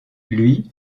lui